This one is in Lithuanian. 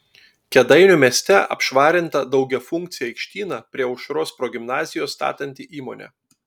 kėdainių mieste apšvarinta daugiafunkcį aikštyną prie aušros progimnazijos statanti įmonė